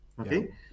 okay